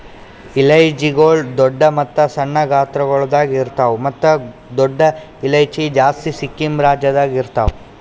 ಇಲೈಚಿಗೊಳ್ ದೊಡ್ಡ ಮತ್ತ ಸಣ್ಣ ಗಾತ್ರಗೊಳ್ದಾಗ್ ಇರ್ತಾವ್ ಮತ್ತ ದೊಡ್ಡ ಇಲೈಚಿ ಜಾಸ್ತಿ ಸಿಕ್ಕಿಂ ರಾಜ್ಯದಾಗ್ ಇರ್ತಾವ್